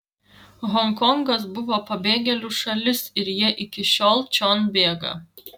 honkongas buvo pabėgėlių šalis ir jie iki šiol čion bėga